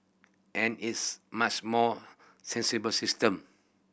and it's much more sensible system